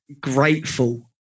grateful